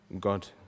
God